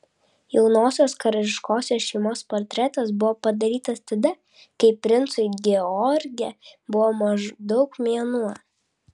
jaunosios karališkosios šeimos portretas buvo padarytas tada kai princui george buvo maždaug mėnuo